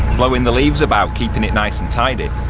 blowing the leaves about keeping it nice and tidy.